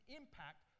impact